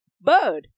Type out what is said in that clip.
bird